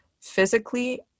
physically